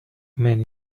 man